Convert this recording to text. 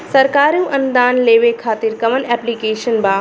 सरकारी अनुदान लेबे खातिर कवन ऐप्लिकेशन बा?